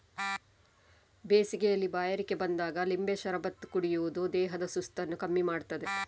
ಬೇಸಿಗೆಯಲ್ಲಿ ಬಾಯಾರಿಕೆ ಬಂದಾಗ ಲಿಂಬೆ ಶರಬತ್ತು ಕುಡಿಯುದು ದೇಹದ ಸುಸ್ತನ್ನ ಕಮ್ಮಿ ಮಾಡ್ತದೆ